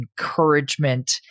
encouragement